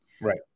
Right